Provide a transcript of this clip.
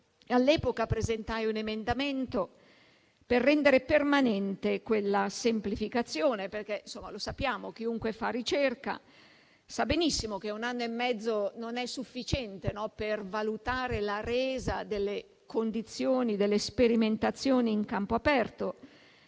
All'epoca presentai un emendamento per rendere permanente quella semplificazione, perché chiunque fa ricerca sa benissimo che un anno e mezzo non è sufficiente per valutare la resa delle condizioni e delle sperimentazioni in campo aperto